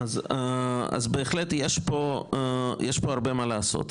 אז בהחלט יש פה הרבה מה לעשות.